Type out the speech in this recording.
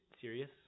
serious